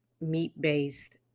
meat-based